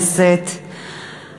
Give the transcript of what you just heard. שהיה